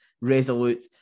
resolute